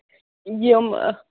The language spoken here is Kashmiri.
یِم